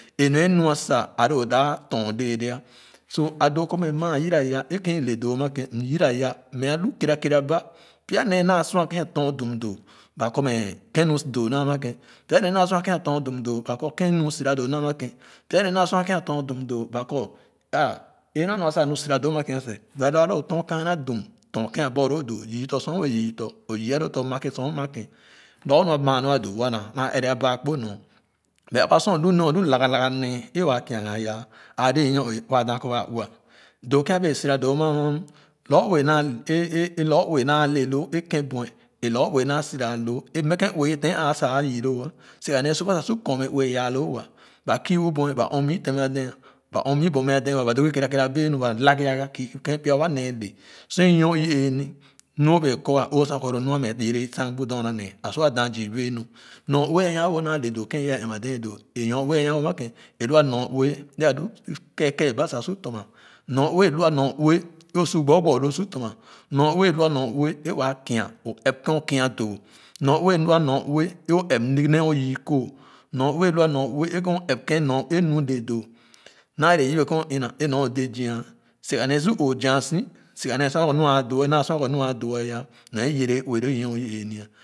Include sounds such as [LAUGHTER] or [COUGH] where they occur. E nee nua sa a lo da tɔn lɛɛlɛ so a doo, kɔ mɛ maa yira ya é kèn i le doo a ma kèn m yira ya kɛɛra kɛɛra ba pya nee naa sua kèn a tɔn dum doo, ba kɔ mɛ kèn nu dum doo, na ma kèn pya nee naa sua ken a tɔn dum doo, ba kɔ ken nu sira doo na ma ken pya nee naa sua ken a tɔn dum doo ba kɔ aa é nor a nua nu sora doo a ma ken seh but lo a loo tɔn kaana dum tɔn ken aborloo doo yii tɔn sor yii tɔn o yii a loo tɔn ma ken sor ma ken lorgor mi maa nu a doo wo na ɛrɛ a baa kpo nor but aba sor o lu nee a lo laga laga nee é waa kia gah aya a dee nyo-ee waa da kɔ wa uu-ih doo ken a bee sira doo ma ma [HESITATION] ue naa le loo ken bue é lorgor ue naa sira a loo mɛ ue ten sa a yii loo siga su ba sa su kɔnme ue yaa loo waa ba kii bu bue ba ɔn mii tega dee ba ɔn mii bɔn mɛ ah dee doo gih kerakera bee nu ba lagii gah kii kan pya wa nee le sor onyor e-ee ni lo a kɔr o sua ko lo ni é yɛrɛ sang bu dorna nee a sua daa zii bee nu nyor-we a nwa-wo na le doo ken ya wɛɛ ɛm-ma dee doo é nyor-ue ama ken a lua norue é alu kee kee ba sa su tɔn ma norue é lua norue é osu gboe gboe wo su tɔn ma noure é nwa noure é waa kia o ap ken o kia doo norue é lua norue é ɛp gi nee o yii kooh norue é ina manue [HESITATION] ken nor le doo naa le ye be ken o ina nor dé zia siga nee su oo zaasi siga nee sua kɔ nu naa sua kɔ nu a dee aya mɛ yire ue loo i nyon ee-ni.